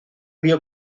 vio